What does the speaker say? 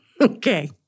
Okay